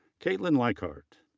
kaitlyn luikart.